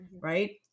right